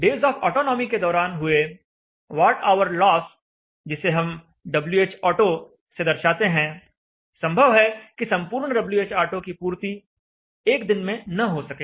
days of autonomy के दौरान हुए वाट ऑवर लॉस जिसे हम Whauto से दर्शाते हैं संभव है कि संपूर्ण Whauto की पूर्ति एक दिन में न हो सके